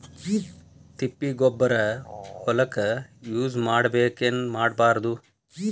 ತಿಪ್ಪಿಗೊಬ್ಬರ ಹೊಲಕ ಯೂಸ್ ಮಾಡಬೇಕೆನ್ ಮಾಡಬಾರದು?